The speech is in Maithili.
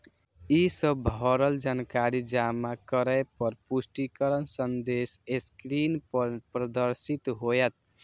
ई सब भरल जानकारी जमा करै पर पुष्टिकरण संदेश स्क्रीन पर प्रदर्शित होयत